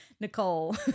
Nicole